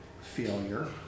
failure